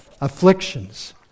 Afflictions